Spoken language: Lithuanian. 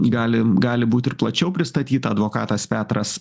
gali gali būt ir plačiau pristatyta advokatas petras